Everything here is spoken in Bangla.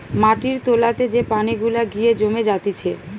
মাটির তোলাতে যে পানি গুলা গিয়ে জমে জাতিছে